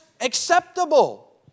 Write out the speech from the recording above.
acceptable